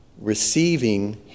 receiving